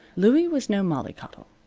louie was no mollycoddle.